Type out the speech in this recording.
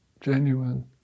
genuine